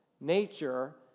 nature